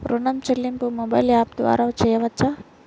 ఋణం చెల్లింపు మొబైల్ యాప్ల ద్వార చేయవచ్చా?